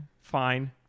Fine